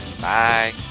Bye